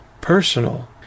personal